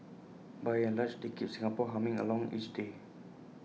by and large they keep Singapore humming along each day